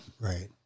Right